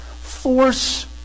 force